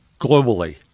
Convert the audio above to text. globally